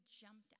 jumped